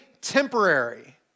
temporary